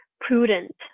prudent